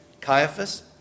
Caiaphas